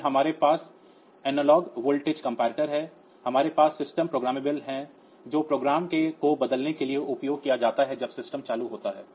फिर हमारे पास एनालॉग वोल्टेज तुलनित्र है हमारे पास सिस्टम प्रोग्रामेबल है जो प्रोग्राम को बदलने के लिए उपयोग किया जाता है जब सिस्टम चालू होता है